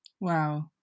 Wow